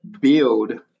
build